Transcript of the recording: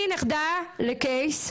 אני נכדה של קייס,